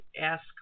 ask